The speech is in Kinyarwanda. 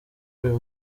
uyu